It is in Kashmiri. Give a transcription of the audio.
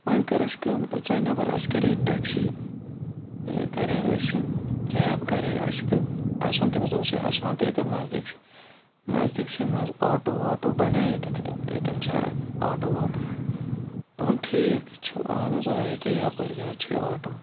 وۄنۍ کٔر اَسہِ کٲم أسۍ درٛاے نٮ۪بر اَسہِ کَرے ٹیٚکسی کَرے اَسہِ کیب کَرے اَسہِ تہٕ اَسہِ ووٚن تٔمِس دوٚپُس ہے اَسہِ وَن تہِ ییٚتٮ۪تھ نزدیٖکسٕے نَزدیٖکسٕے منٛز آٹوٗ واٹوٗ بَنیٛا ییٚتٮ۪تھ ییٚتٮ۪ن چھا آٹوٗ واٹوٗ دوٚپُن ٹھیٖک چھُ اہن حظ آ ییٚکیٛاہ یَپٲرۍ کِنٮ۪تھ چھِ یہِ آٹوٗ